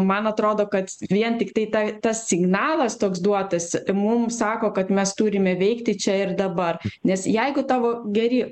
man atrodo kad vien tiktai ta tas signalas toks duotas mum sako kad mes turime veikti čia ir dabar nes jeigu tavo geri